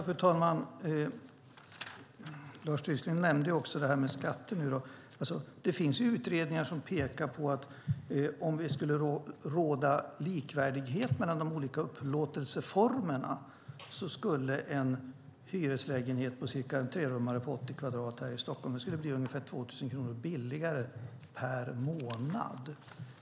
Fru talman! Lars Tysklind nämnde skatter. Det finns utredningar som pekar på att om det skulle råda likvärdighet mellan de olika upplåtelseformerna så skulle en hyreslägenhet, en trerummare, på 80 kvadratmeter här i Stockholm bli ungefär 2 000 kronor billigare per månad.